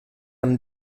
amb